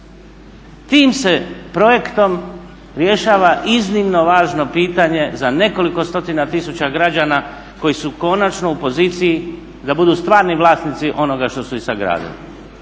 Tim se projektom rješava iznimno važno pitanje za nekoliko stotina tisuća građana koji su konačno u poziciji da budu stvarni vlasnici onoga što su i sagradili.